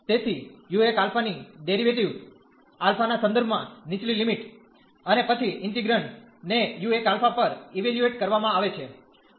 તેથી u1 α ની derivative α ના સંદર્ભ મા નિચલી લિમિટ અને પછી ઇન્ટીગ્રેન્ડ ને u1 α પર ઇવેલ્યુએટ કરવામાં આવે છે